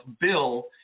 bill